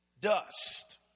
Dust